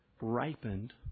ripened